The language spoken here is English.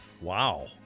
Wow